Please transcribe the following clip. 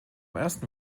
ersten